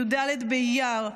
י"ד באייר,